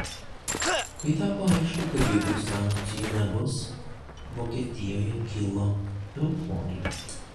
kai tapo aišku kad jokių sankcijų nebus vokietijoje kilo euforija